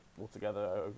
altogether